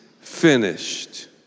finished